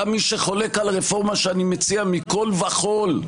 גם מי שחולק על הרפורמה שאני מציע מכול וכול,